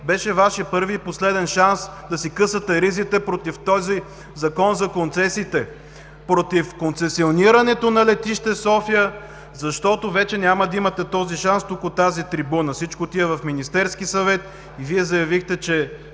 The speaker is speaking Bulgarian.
беше Вашият първи и последен шанс да си късате ризите против този Закон за концесиите, против концесионирането на Летище София, защото вече няма да имате този шанс тук, от тази трибуна. Всичко отива в Министерския съвет. Вие заявихте, че